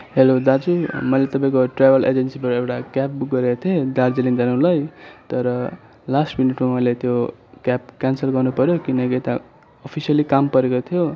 hello दाजु मैले तपाईँको ट्रेभल एजेन्सीबटा एउटा क्याब बुक गरेको थिएँ दार्जिलिङ जानुलाई तर लास्ट मिनिटमा मैले त्यो क्याब केन्सेल गर्नुपर्यो किनकि यता अफिसियली काम परेको थियो